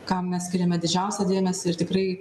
kam mes skiriame didžiausią dėmesį ir tikrai